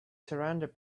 surrounded